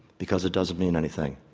because it doesn't mean anything.